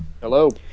Hello